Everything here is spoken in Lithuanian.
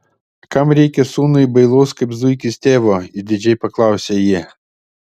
kam reikia sūnui bailaus kaip zuikis tėvo išdidžiai paklausė ji